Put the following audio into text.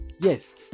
Yes